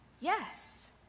yes